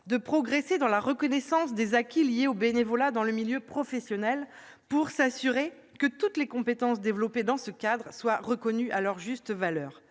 de progresser dans la reconnaissance des acquis liés au bénévolat dans le milieu professionnel pour s'assurer que toutes les compétences développées dans ce cadre soient reconnues à leur juste valeur.